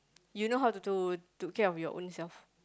you know how to to to care of your own self